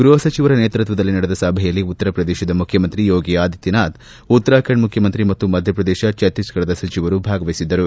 ಗೃಹಸಚಿವರ ನೇತೃತ್ವದಲ್ಲಿ ನಡೆದ ಸಭೆಯಲ್ಲಿ ಉತ್ತರ ಪ್ರದೇಶದ ಮುಖ್ಯಮಂತ್ರಿ ಯೋಗಿ ಆದಿತ್ಲನಾಥ್ ಉತ್ತರಾಖಂಡ್ ಮುಖ್ಯಮಂತ್ರಿ ಮತ್ತು ಮಧ್ಯಪ್ರದೇಶ ಛತ್ತೀಸ್ಗಡದ ಸಚಿವರು ಭಾಗವಹಿಸಿದ್ದರು